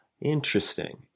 interesting